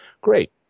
Great